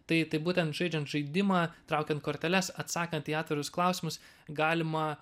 tai tai būtent žaidžiant žaidimą traukiant korteles atsakant į atvirus klausimus galima